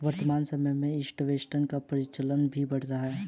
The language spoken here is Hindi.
वर्तमान समय में इंसटैंट टी का प्रचलन भी बढ़ा है